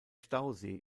stausee